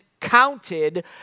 counted